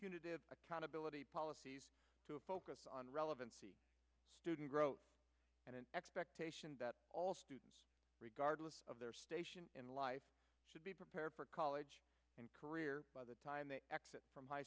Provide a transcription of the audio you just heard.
punitive accountability policies to a focus on relevancy student growth and an expectation that all students regardless of their station in life should be prepared for college and career by the time they exit from high